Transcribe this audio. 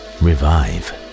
revive